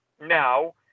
now